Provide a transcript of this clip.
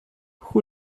who